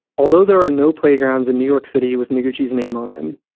although there are no playgrounds in new york city with noguchi's name on them.